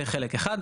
זה חלק אחד.